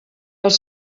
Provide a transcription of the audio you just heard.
els